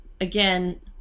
again